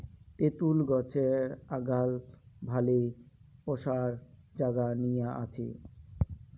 তেতুল গছের আগাল ভালে ওসার জাগা নিয়া আছে